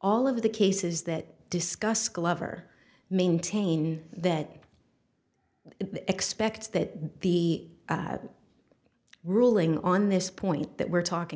all of the cases that discuss glover maintain that it expects that the ruling on this point that we're talking